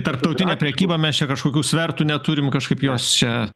tarptautinė prekyba mes čia kažkokių svertų neturim kažkaip jos čia